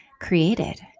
created